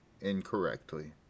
incorrectly